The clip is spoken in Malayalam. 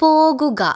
പോകുക